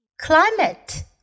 Climate